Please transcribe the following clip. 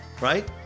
Right